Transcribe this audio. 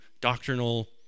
doctrinal